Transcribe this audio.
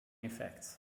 effects